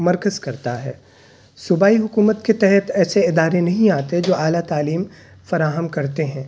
مرکز کرتا ہے صوبائی حکومت کے تحت ایسے ادارے نہیں آتے جو اعلیٰ تعلیم فراہم کرتے ہیں